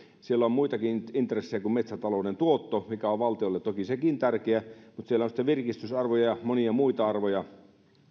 siellä on muitakin intressejä kuin metsätalouden tuotto mikä on valtiolle toki sekin tärkeä mutta siellä on sitten virkistysarvoja ja monia muita arvoja